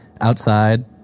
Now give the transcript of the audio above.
outside